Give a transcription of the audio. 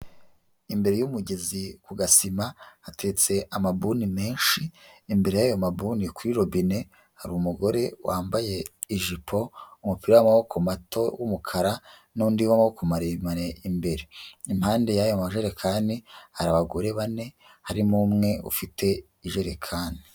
Imbere y'umugezi ku gasima hatetse amabuni menshi imbere y'ayo mabuni kuri robine hari umugore wambaye ijipo umupira w'amaboko mato w'umukara n'undi wamoko maremare, imbere impande y'aya majerekani hari abagore bane harimo umwe ufite ijerekani.